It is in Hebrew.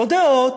לא דעות,